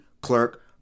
clerk